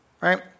right